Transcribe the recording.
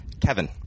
Kevin